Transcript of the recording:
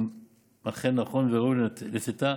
אם אכן נכון וראוי לתיתה,